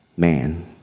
man